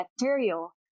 material